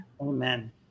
Amen